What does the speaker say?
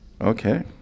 okay